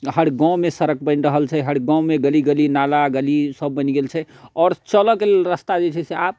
हर गाममे सड़क बनि रहल छै हर गाममे गली गली नाला गली सब बनि गेल छै आओर चलऽके लेल रस्ता जे छै से आब